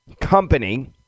company